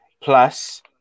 plus